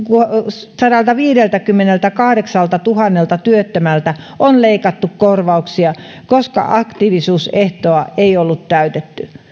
sadaltaviideltäkymmeneltäkahdeksaltatuhannelta työttömältä on leikattu korvauksia koska aktiivisuusehtoa ei ollut täytetty